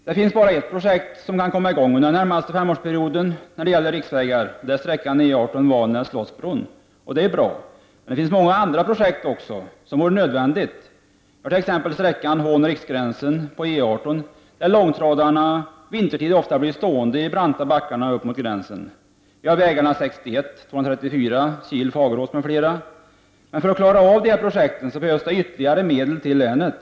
Det finns bara ett riksvägsprojekt som kan komma i gång under den närmaste femårsperioden, och det är sträckan Valnäs-Slottsbron på E18. Det är bra, men det finns också många andra nödvändiga projekt. Vi har t.ex. sträckan Hån-Riksgränsen på E18, där långtradarna vintertid ofta blir stående i de branta backarna upp mot gränsen. Vi har vidare vägarna 61 och 234, Kil-Fagerås m.fl. För att kunna genomföra en del av dessa projekt behövs ytterligare medel till länet.